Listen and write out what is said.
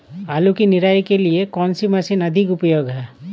आलू की निराई के लिए कौन सी मशीन अधिक उपयोगी है?